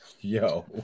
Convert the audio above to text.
Yo